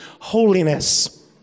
Holiness